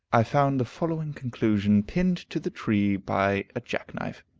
i found the following conclusion pinned to the tree by a jackknife